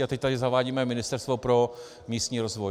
A teď tady zavádíme Ministerstvo pro místní rozvoj.